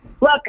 Look